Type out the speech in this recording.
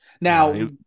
Now